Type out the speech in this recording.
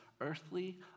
earthly